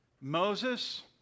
Moses